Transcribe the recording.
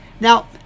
Now